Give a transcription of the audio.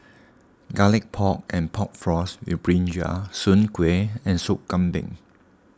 Garlic Pork and Pork Floss with Brinjal Soon Kway and Sop Kambing